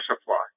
supply